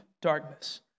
darkness